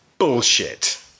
Bullshit